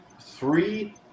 three